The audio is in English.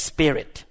Spirit